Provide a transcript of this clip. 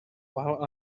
while